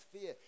fear